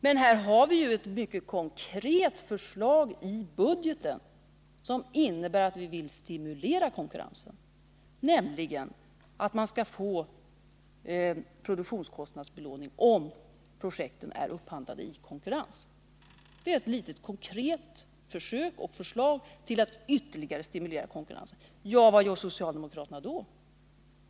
Men här har vi ett mycket konkret förslag i budgeten, som innebär att vi vill stimulera konkurrensen, nämligen att man skall få produktionskostnadsbelåning om projekten är upphandlade i konkurrens. Det är ett litet konkret försök att ytterligare stimulera konkurrensen. Vad gör socialdemokraterna då?